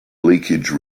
leakage